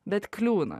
bet kliūna